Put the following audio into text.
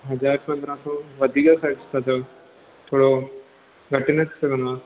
हज़ार पंद्रह सौ वधीक ख़र्चु था चयो थोरो घटि न थी सघंदो आहे